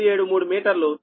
573 మీటర్లు